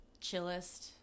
chillest